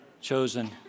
chosen